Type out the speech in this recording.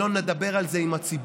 שלא נדבר על זה עם הציבור?